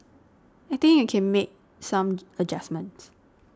I think you can make some adjustments